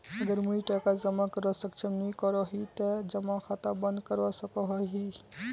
अगर मुई टका जमा करवात सक्षम नी करोही ते जमा खाता बंद करवा सकोहो ही?